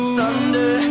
thunder